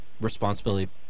responsibility